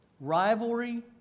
rivalry